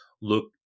look